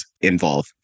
involve